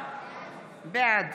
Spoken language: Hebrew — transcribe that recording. בעד